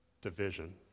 division